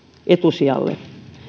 etusijalle